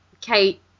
Kate